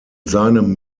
seinem